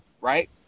right